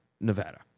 Nevada